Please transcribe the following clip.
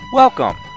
Welcome